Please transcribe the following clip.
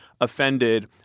offended